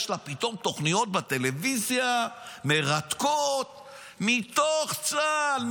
יש לה פתאום תוכניות מרתקות בטלוויזיה מתוך צה"ל,